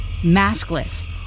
maskless